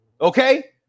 Okay